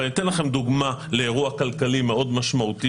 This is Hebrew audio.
אני אתן לכם דוגמה לאירוע כלכלי מאוד משמעותי